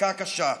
מכה קשה.